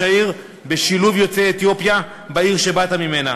העיר בשילוב יוצאי אתיופיה בעיר שבאת ממנה,